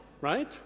Right